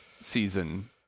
season